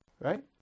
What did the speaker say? Right